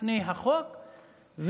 לפני החוק,